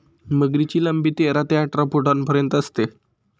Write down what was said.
मगरीची लांबी तेरा ते अठरा फुटांपर्यंत असते